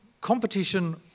Competition